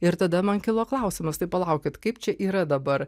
ir tada man kilo klausimas tai palaukit kaip čia yra dabar